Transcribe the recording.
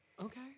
Okay